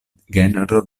genro